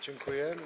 Dziękuję.